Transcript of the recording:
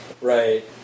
Right